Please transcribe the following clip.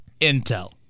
intel